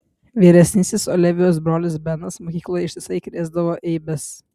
vyresnysis olivijos brolis benas mokykloje ištisai krėsdavo eibes